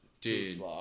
dude